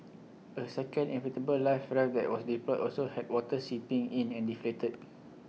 A second inflatable life raft that was deployed also had water seeping in and deflated